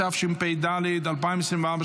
התשפ"ד 2024,